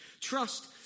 Trust